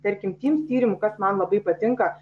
tarkim tims tyrimų kas man labai patinka